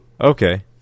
Okay